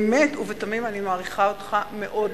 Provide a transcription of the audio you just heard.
באמת ובתמים אני מעריכה אותך מאוד.